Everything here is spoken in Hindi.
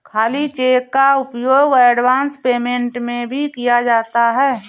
खाली चेक का उपयोग एडवांस पेमेंट में भी किया जाता है